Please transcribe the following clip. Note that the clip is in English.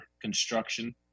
construction